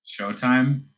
Showtime